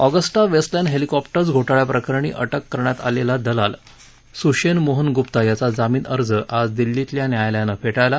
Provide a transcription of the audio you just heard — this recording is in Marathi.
ऑगस्टा वेस्टलॅण्ड हेलिकॉप्टर्स घोटाळयाप्रकरणी अटक करण्यात आलेला दलाल सुशेन मोहन गुप्ता याचा जामीन अर्ज आज दिल्लीतल्या न्यायालयानं फेटाळला